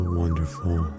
wonderful